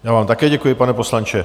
Já vám také děkuji, pane poslanče.